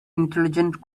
intelligent